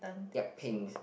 yup pink